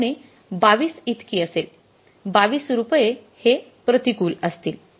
उणे 22 इतकी असेल २२ रुपये हे प्रतिकूल असतील